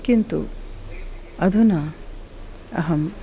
किन्तु अधुना अहं